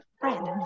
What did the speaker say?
friend